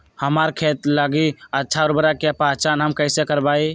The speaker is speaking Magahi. हमार खेत लागी अच्छा उर्वरक के पहचान हम कैसे करवाई?